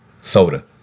soda